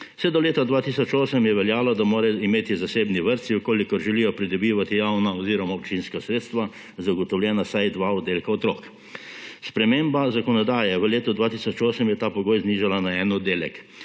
Vse do leta 2008 je veljalo, da morajo imeti zasebni vrtci, v kolikor želijo pridobivati javna oziroma občinska sredstva, zagotovljena vsaj dva oddelka otrok. Sprememba zakonodaje v letu 2008 je ta pogoj znižala na en oddelek.